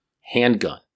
Handgun